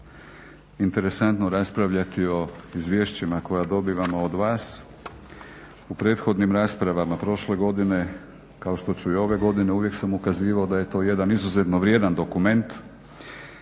interesantno raspravljati o izvješćima koja dobivamo od vas u prethodnim raspravama prošle godine kao što ću i ove godine uvijek sam ukazivao da je to jedan izuzetno vrijedan dokument